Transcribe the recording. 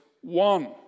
one